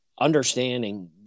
understanding